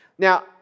Now